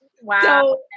Wow